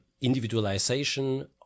individualization